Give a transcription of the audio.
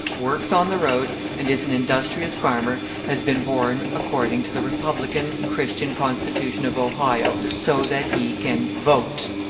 works on the road, and is an industrious farmer, has been born according to the republican, christian constitution of ohio so that he can vote!